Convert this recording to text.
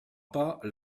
pas